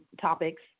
topics